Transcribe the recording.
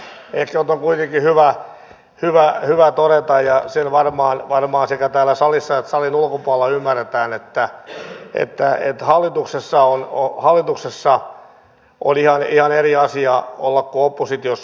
mutta ehkä on kuitenkin hyvä todeta ja se varmaan sekä täällä salissa että salin ulkopuolella ymmärretään että on ihan eri asia olla hallituksessa kuin oppositiossa